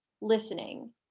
listening